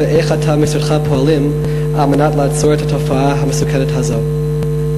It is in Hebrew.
ואיך אתה ומשרדך פועלים על מנת לעצור את התופעה המסוכנת הזו?